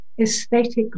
aesthetic